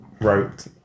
wrote